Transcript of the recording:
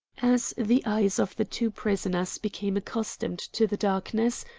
as the eyes of the two prisoners became accustomed to the darkness,